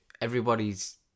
everybody's